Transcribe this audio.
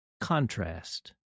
contrast